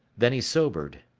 then he sobered.